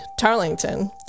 Tarlington